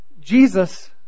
Jesus